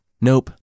Nope